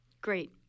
Great